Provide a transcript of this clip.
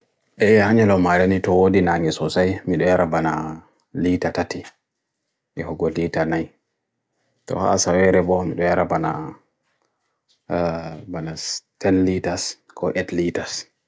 E hanyalo marani to o di nangis o say, milo era bana lita tati, e ho gua lita nai, to ha asa ere bo milo era bana 10 litas ko 8 litas.